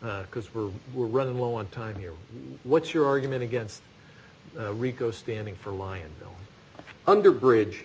because we're we're running low on time here what's your argument against rico standing for lying under a bridge